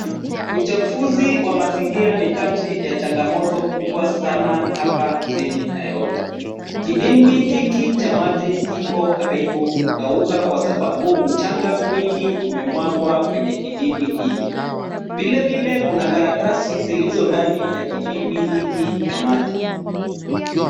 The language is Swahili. Uchafuzi wa mazingira ni kati ya changamoto kubwa sana hapa mjini nairobi. Kidimbwi hiki cha maji kiko karibu kukauka kwa sababu mchanga mwingi umemwagwa kwenye kidimbwi hiki. Vilevile kuna karatasi zilizondani ya kidimbwi hiki cha maji.